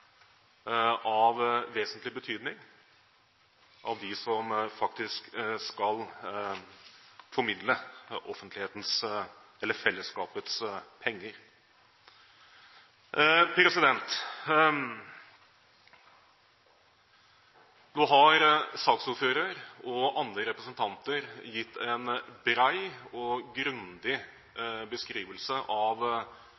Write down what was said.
av vesentlig betydning. Nå har saksordføreren og andre representanter gitt en bred og grundig